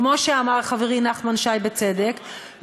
כמו שאמר חברי נחמן שי בצדק,